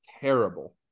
terrible